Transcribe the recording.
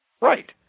Right